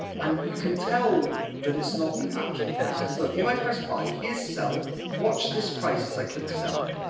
and you can tell that it's not the actual price because look, if i press buy, here's sell watch this price as i click sell.